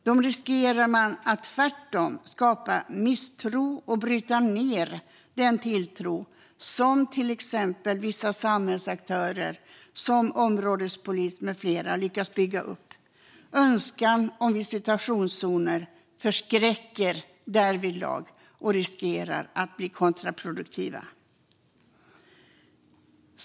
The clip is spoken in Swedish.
Det riskerar att skapa misstro och bryta ned den tillit som vissa samhällsaktörer, till exempel områdespoliser, lyckats bygga upp. Önskan om visitationszoner förskräcker därvidlag. De riskerar att bli kontraproduktiva.